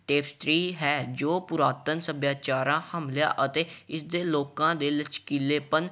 ਹੈ ਜੋ ਪੁਰਾਤਨ ਸੱਭਿਆਚਾਰਾਂ ਹਮਲਿਆ ਅਤੇ ਇਸ ਦੇ ਲੋਕਾਂ ਦੇ ਲਚਕੀਲੇਪਨ